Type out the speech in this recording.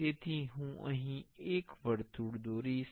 તેથી હું અહીં એક વર્તુળ દોરીશ